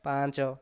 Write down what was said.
ପାଞ୍ଚ